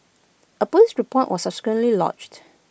A Police report was subsequently lodged